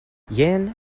jen